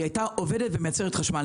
היא היתה עובדת ומייצרת חשמל,